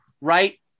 right